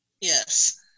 Yes